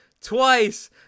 Twice